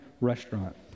restaurant